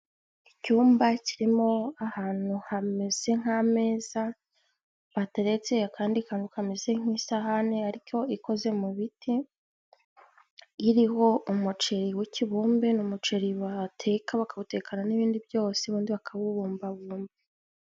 Icyumba kirimo ahantu hameze nk'ameza, bateretse akandi kantu kameze nk'isahani ariko ikoze mu biti, iriho umuceri w'ikibumbe, ni umuceri bateka bakawutekana n'ibindi byose, ubundi bakawubumbabumba.